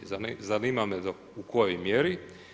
Zanima me u kojoj mjeri?